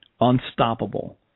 unstoppable